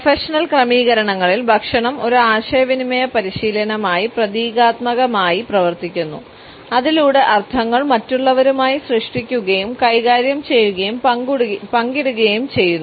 professional ക്രമീകരണങ്ങളിൽ ഭക്ഷണം ഒരു ആശയവിനിമയ പരിശീലനമായി പ്രതീകാത്മകമായി പ്രവർത്തിക്കുന്നു അതിലൂടെ അർത്ഥങ്ങൾ മറ്റുള്ളവരുമായി സൃഷ്ടിക്കുകയും കൈകാര്യം ചെയ്യുകയും പങ്കിടുകയും ചെയ്യുന്നു